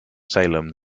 salem